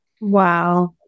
Wow